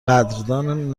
قدردان